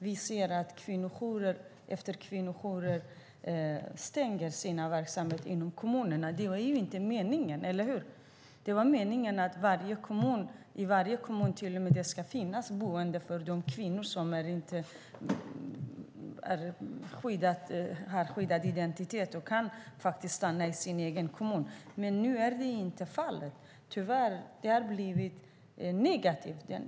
Vi ser att kvinnojourer stänger sina verksamheter inom kommunerna. Det var inte meningen, eller hur? Meningen är att det i varje kommun ska finnas boende för de kvinnor som har skyddad identitet, så att de kan stanna i sin egen kommun. Men så är inte fallet nu. Tyvärr har det blivit negativt.